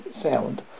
sound